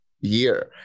year